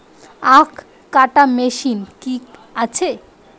আখ কাটা মেশিন কি আছে?